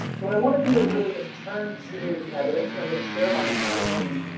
so what i wanna do is really just turn to the evidence and i'm gonna share my screen